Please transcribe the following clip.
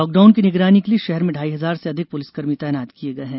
lockdown की निगरानी के लिये शहर में ढाई हजार से अधिक पुलिसकर्मी तैनात किये गये हैं